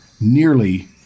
nearly